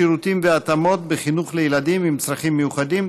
שירותים והתאמות בחינוך לילדים עם צרכים מיוחדים,